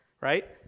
Right